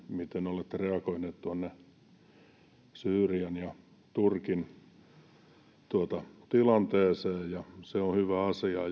miten olette reagoineet syyrian ja turkin tilanteeseen se on hyvä asia